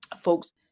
folks